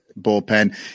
bullpen